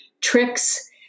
tricks